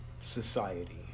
society